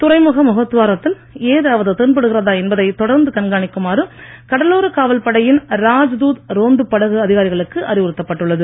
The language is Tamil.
துறைமுக முகத்துவாரத்தில் எதாவது தென்படுகிறதா என்பதை தொடர்ந்து கண்காணிக்குமாறு கடலோரக் காவல் படையின் ராஜ்தூத் ரோந்துப் படகு அதிகாரிகளுக்கு அறிவுறுத்தப்பட்டு உள்ளது